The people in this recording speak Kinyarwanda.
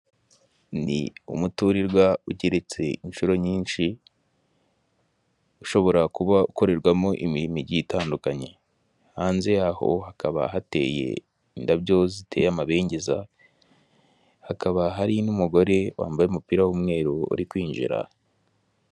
Ni umuturirwa ugeretse inshuro nyinshi, ushobora kuba ukorerwamo imirimo igiye itandukanye, hanze yaho hakaba hateye indabyo ziteye amabengeza, hakaba hari n'umugore wambaye umupira w'umweru uri kwinjira.